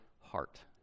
heart